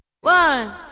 One